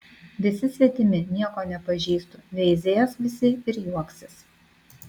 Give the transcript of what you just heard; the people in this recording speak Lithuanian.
visi svetimi nieko nepažįstu veizės visi ir juoksis